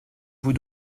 vous